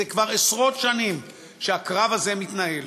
זה כבר עשרות שנים שהקרב הזה מתנהל.